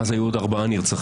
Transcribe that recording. מאז היו עוד ארבעה נרצחים